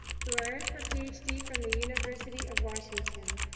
who earned her ph d. from the university of washington.